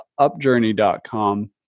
upjourney.com